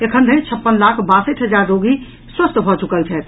एखन धरि छप्पन लाख बासठि हजार रोगी स्वस्थ भऽ चुकल छथि